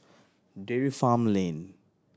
Dairy Farm Lane